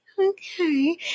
Okay